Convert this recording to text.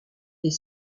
est